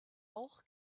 auch